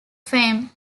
fame